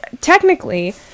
technically